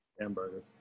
Hamburger